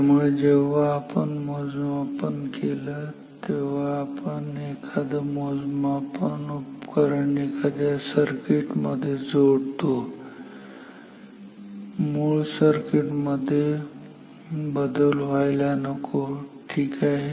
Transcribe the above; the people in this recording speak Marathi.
त्यामुळे जेव्हा आपण मोजमापन केल जेव्हा आपण एखादं मोजमापन उपकरण एखाद्या सर्किट मध्ये जोडतो मूळ सर्किट बदलायला नको ठीक आहे